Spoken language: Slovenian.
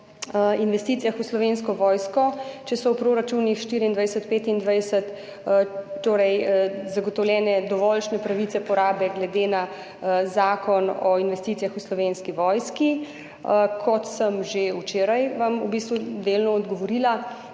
o investicijah v Slovensko vojsko, ali so v proračunih 2024, 2025 zagotovljene dovoljšnje pravice porabe glede na zakon o investicijah v Slovenski vojski. Kot sem vam v bistvu že včeraj delno odgovorila,